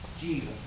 Jesus